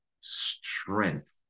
strength